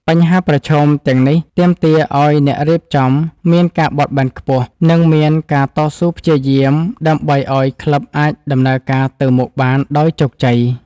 បញ្ហាប្រឈមទាំងនេះទាមទារឱ្យអ្នករៀបចំមានការបត់បែនខ្ពស់ និងមានការតស៊ូព្យាយាមដើម្បីឱ្យក្លឹបអាចដំណើរការទៅមុខបានដោយជោគជ័យ។